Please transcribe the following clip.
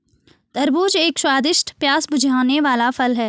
तरबूज एक स्वादिष्ट, प्यास बुझाने वाला फल है